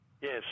Yes